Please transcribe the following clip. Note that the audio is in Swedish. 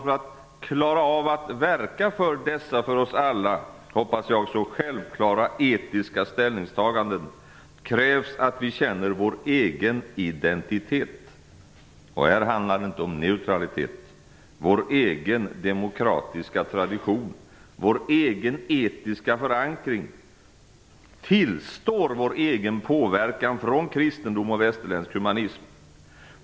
För att klara av att verka för dessa för oss alla, hoppas jag, så självklara etiska ställningstaganden krävs att vi känner vår egen identitet. Här handlar det inte om neutralitet. Det gäller vår egen demokratiska tradition, vår egen etiska förankring, att vi tillstår vår egen påverkan från kristendom och västerländsk humanism.